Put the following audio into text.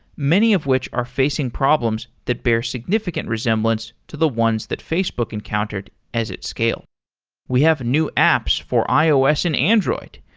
many of which are facing problems that bear significant resemblance to the ones that facebook encountered as it scaled we have new apps for ios and android.